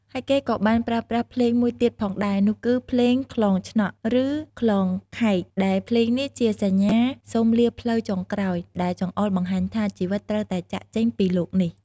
ហើយគេក៏បានប្រើប្រាស់ភ្លេងមួយទៀតផងដែរ នោះគឺ ភ្លេងខ្លងឆ្នក់ ឬ ខ្លងខែក ដែលភ្លេងនេះជាសញ្ញាសូមលាផ្លូវចុងក្រោយ ដែលចង្អុលបង្ហាញថា ជីវិតត្រូវតែចាកចេញពីលោកនេះ។